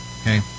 okay